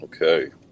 Okay